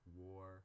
war